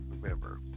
remember